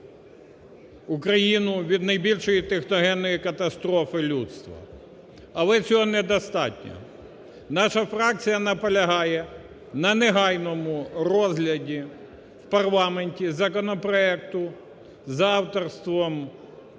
Україну від найбільшої техногенної катастрофи людства. Але цього недостатньо. Наша фракція наполягає на негайному розгляді в парламенті законопроекту за авторством лідера